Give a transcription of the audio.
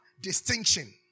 distinction